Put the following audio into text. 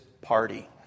party